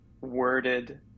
worded